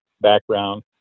background